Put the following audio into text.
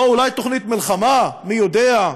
או אולי תוכנית מלחמה, מי יודע?